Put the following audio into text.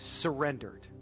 surrendered